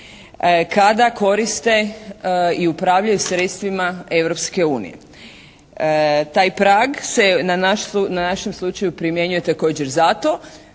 kada koriste i upravljaju sredstvima Europske unije. Taj prag se na našem slučaju primjenjuje također zato